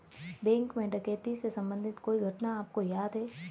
Bank में डकैती से संबंधित कोई घटना आपको याद है?